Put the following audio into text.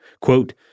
Quote